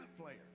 player